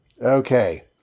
Okay